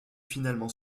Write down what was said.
finalement